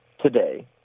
today